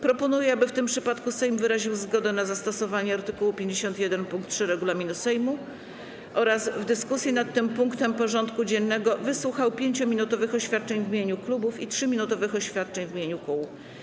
Proponuję, aby w tym przypadku Sejm wyraził zgodę na zastosowanie art. 51 pkt 3 regulaminu Sejmu oraz dyskusji nad tym punktem porządku dziennego wysłuchał 5-minutowych oświadczeń w imieniu klubów i 3-minutowych oświadczeń w imieniu kół.